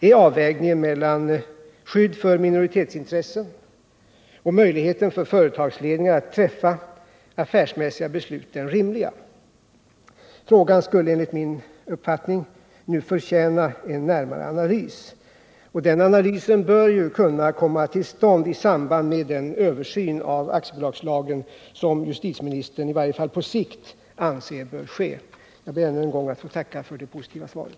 Är avvägningen mellan skydd för minoritetsintressen och möjligheten för företagsledningar att träffa affärsmässiga beslut den rimliga? Frågan skulle enligt min uppfattning förtjäna en närmare analys. Den analysen bör kunna komma till stånd i samband med den översyn av aktiebolagslagen som justitieministern i varje fall på sikt anser böra ske. Jag ber ännu en gång att få tacka för det positiva svaret.